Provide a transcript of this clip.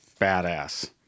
badass